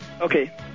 Okay